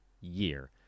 year